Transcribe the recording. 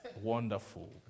wonderful